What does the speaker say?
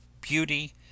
beauty